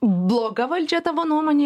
bloga valdžia tavo nuomonė